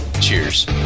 Cheers